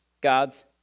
God's